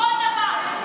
כל דבר,